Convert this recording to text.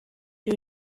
you